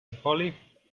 hollie